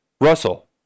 Russell